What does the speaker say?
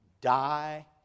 die